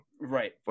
Right